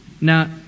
Now